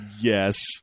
Yes